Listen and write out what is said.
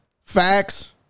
facts